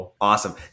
Awesome